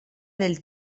del